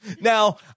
Now